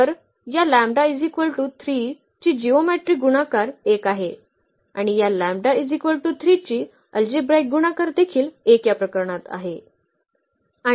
तर या λ 3 ची जिओमेट्रीक गुणाकार 1 आहे आणि या ची अल्जेब्राईक गुणाकार देखील 1 या प्रकरणात आहे